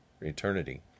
eternity